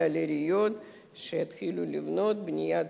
לעיריות שיתחילו לבנות בנייה ציבורית.